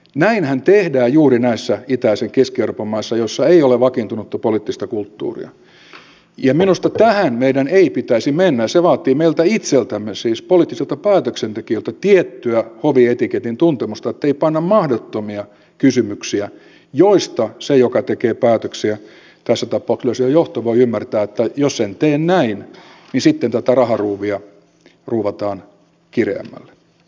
näinhän tehdään juuri näissä itäisen keski euroopan maissa joissa ei ole vakiintunutta poliittista kulttuuria ja minusta tähän meidän ei pitäisi mennä ja se vaatii meiltä itseltämme siis poliittisilta päätöksentekijöiltä tiettyä hovietiketin tuntemusta että ei panna mahdottomia kysymyksiä joista se joka tekee päätöksiä tässä tapauksessa yleisradion johto voi ymmärtää että jos en tee näin niin sitten tätä raharuuvia ruuvataan kireämmälle